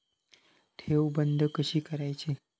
ठेव बंद कशी करायची?